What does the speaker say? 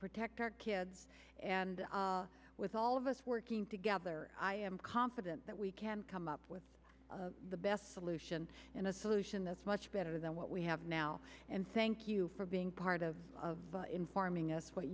protect our kids and with all of us working together i am confident that we can come up with the best solution and a solution that's much better than what we have now and sank you for being part of informing us what